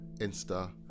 Insta